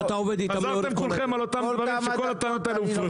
דיברתם כולכם על אותם דברים שכל הטענות האלה הופרחו.